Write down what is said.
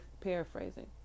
Paraphrasing